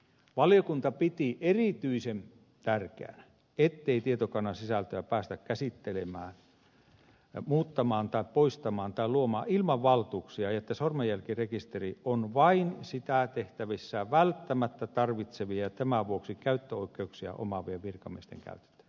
valiokunta piti erityisen tärkeänä ettei tietokannan sisältöä päästä käsittelemään muuttamaan tai poistamaan tai luomaan ilman valtuuksia ja että sormenjälkirekisteri on vain sitä tehtävissään välttämättä tarvitsevien ja tämän vuoksi käyttöoikeuksia omaavien virkamiesten käytettävissä